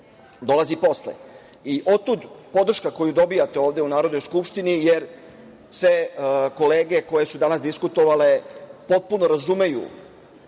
dolazi posle. Otud podrška koju dobijate ovde u Narodnoj skupštini, jer se kolege koje su danas diskutovale potpuno razumeju